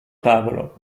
tavolo